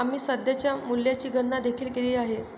आम्ही सध्याच्या मूल्याची गणना देखील केली आहे